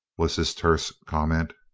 was his terse comment.